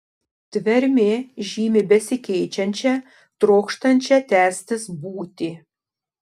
tvermė žymi besikeičiančią trokštančią tęstis būtį